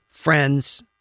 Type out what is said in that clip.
Friends